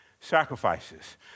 sacrifices